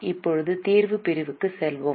இப்போது தீர்வு பிரிவுக்கு செல்வோம்